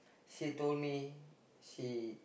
she told me she